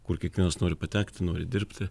kur kiekvienas nori patekti nori dirbti